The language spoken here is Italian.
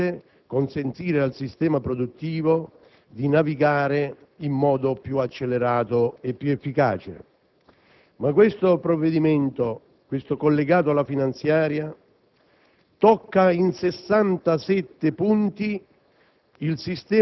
leva significa alleggerire, rendere meno pesante, consentire insomma al sistema produttivo di navigare in modo più accelerato e più efficace. Questo provvedimento collegato alla finanziaria